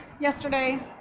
yesterday